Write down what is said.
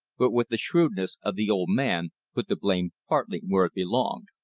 but with the shrewdness of the old man, put the blame partly where it belonged.